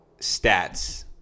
stats